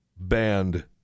Banned